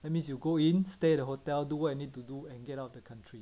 that means you go in stay the hotel do what you need to do and get out of the country